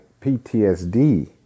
PTSD